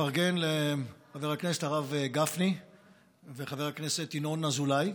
לפרגן לחבר הכנסת הרב גפני ולחבר הכנסת ינון אזולאי,